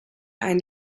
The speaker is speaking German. einen